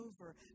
over